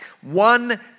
one